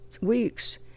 weeks